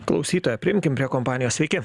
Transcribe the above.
klausytoją priimkim prie kompanijos sveiki